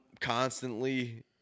constantly